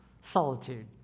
solitude